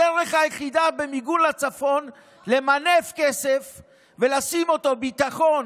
הדרך היחידה במיגון לצפון היא למנף כסף ולשים אותו בביטחון,